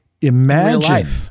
Imagine